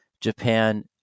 Japan